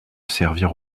servir